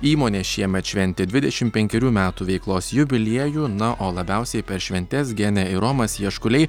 įmonė šiemet šventė dvidešim penkerių metų veiklos jubiliejų na o labiausiai per šventes genė ir romas jaškuliai